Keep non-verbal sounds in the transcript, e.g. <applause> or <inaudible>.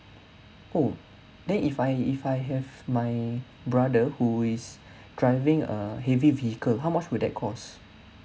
oh then if I if I have my brother who is <breath> driving a heavy vehicle how much will that cost